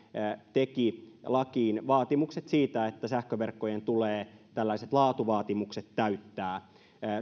teki lakiin vaatimukset siitä että sähköverkkojen tulee tällaiset laatuvaatimukset täyttää